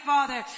Father